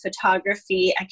photography